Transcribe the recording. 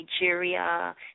Nigeria